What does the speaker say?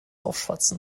aufschwatzen